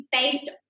based